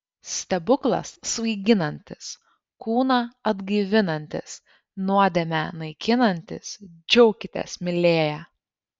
stebuklas svaiginantis kūną atgaivinantis nuodėmę naikinantis džiaukitės mylėję